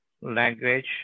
language